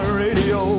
radio